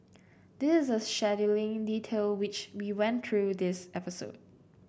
this a scheduling detail which we went through this episode